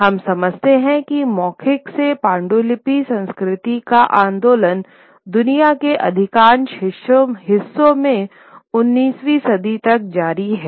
हम समझते हैं कि मौखिक से पांडुलिपि संस्कृति का आंदोलन दुनिया के अधिकांश हिस्सों में उन्नीसवीं सदी तक जारी है